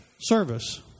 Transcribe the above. service